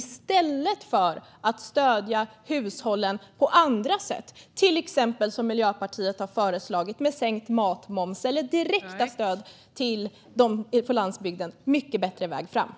I stället hade man kunnat stödja hushållen på andra sätt - till exempel, som Miljöpartiet har föreslagit, med sänkt matmoms eller med direkta stöd till dem på landsbygden. Det hade varit en mycket bättre väg framåt.